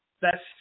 best